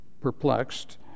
perplexed